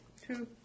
two